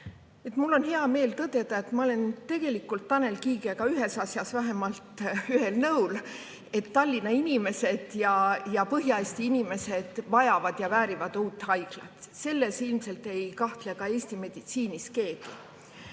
Mul on hea meel tõdeda, et ma olen Tanel Kiigega vähemalt ühes asjas ühel nõul: Tallinna inimesed ja Põhja-Eesti inimesed vajavad ja väärivad uut haiglat. Selles ilmselt ei kahtle ka Eesti meditsiinis keegi.